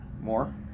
more